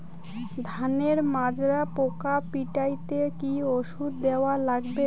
ধানের মাজরা পোকা পিটাইতে কি ওষুধ দেওয়া লাগবে?